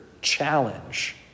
challenge